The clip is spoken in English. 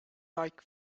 like